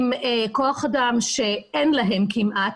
עם כוח אדם שאין להם כמעט,